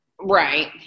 right